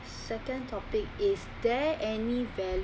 second topic is there any